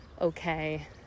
okay